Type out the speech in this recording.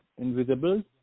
invisible